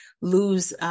lose